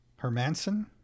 Hermanson